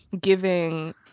giving